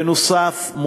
בנוסף,